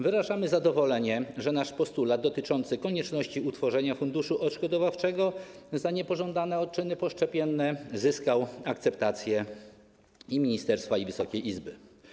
Wyrażamy zadowolenie, że nasz postulat dotyczący konieczności utworzenia funduszu odszkodowań za niepożądane odczyny poszczepienne zyskał akceptację i ministerstwa, i Wysokiej Izby.